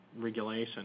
regulation